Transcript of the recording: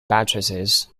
buttresses